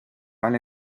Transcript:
mal